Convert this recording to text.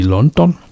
London